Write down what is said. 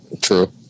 True